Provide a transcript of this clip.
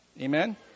Amen